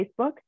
Facebook